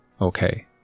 Okay